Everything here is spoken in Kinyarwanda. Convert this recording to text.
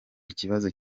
ikibazo